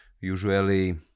usually